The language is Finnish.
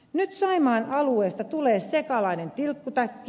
nyt saimaan alueesta tulee sekalainen tilkkutäkki